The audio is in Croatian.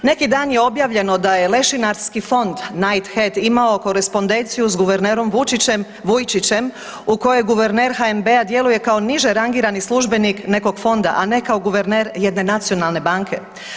Neki dan je objavljeno da je lešinarski fond Knighthead imao korespondenciju s guvernerom Vujčićem u kojoj guverner HNB-a djeluje kao niže rangirani službenik nekog fonda, a ne kao guverner jedne nacionalne banke.